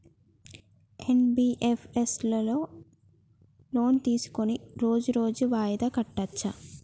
NBFS లో loan తీస్కొని రోజు రోజు వాయిదా కట్టచ్ఛా?